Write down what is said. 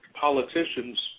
politicians